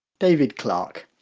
david clarke.